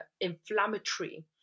inflammatory